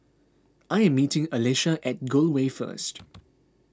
I am meeting Alesha at Gul Way first